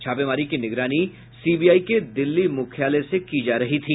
छापेमारी की निगरानी सीबीआई के दिल्ली मुख्यालय से की जा रही थी